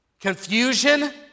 confusion